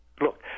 look